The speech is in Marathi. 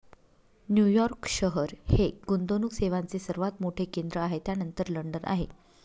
न्यूयॉर्क शहर हे गुंतवणूक सेवांचे सर्वात मोठे केंद्र आहे त्यानंतर लंडन आहे